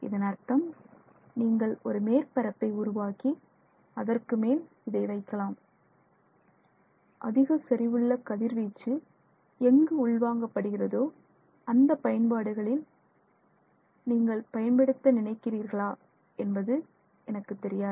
இதன் அர்த்தம் நீங்கள் ஒரு மேற்பரப்பை உருவாக்கி அதற்குமேல் இதை வைக்கலாம் அதிக செறிவுள்ள கதிர்வீச்சு எங்கு உள்வாங்கப் படுகிறதோ அந்த பயன்பாடுகளில் நீங்கள் பயன்படுத்த நினைக்கிறீர்களா என்பது எனக்குத் தெரியாது